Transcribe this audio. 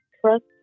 trust